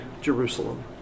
Jerusalem